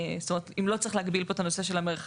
זאת אומרת אם לא צריך להגביל פה את הנושא של המרחק,